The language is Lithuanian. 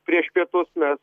prieš pietus mes